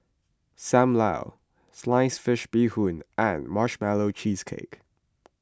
Sam Lau Sliced Fish Bee Hoon and Marshmallow Cheesecake